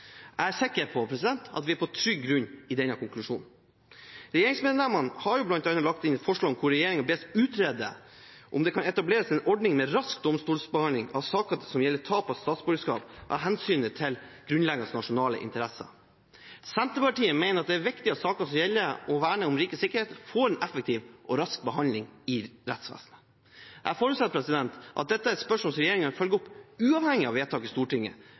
Jeg er sikker på at vi er på trygg grunn i denne konklusjonen. Regjeringspartienes medlemmer fra Høyre og Fremskrittspartiet har bl.a. lagt inn forslag hvor regjeringen bes «utrede om det kan etableres en ordning med rask domstolsbehandling av saker som gjelder tap av statsborgerskap av hensyn til grunnleggende nasjonale interesser». Senterpartiet mener at det er viktig at saker som gjelder det å verne om rikets sikkerhet, får en effektiv og rask behandling i rettsvesenet. Jeg forutsetter at dette er et spørsmål som regjeringen følger opp, uavhengig av vedtak i Stortinget,